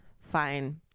fine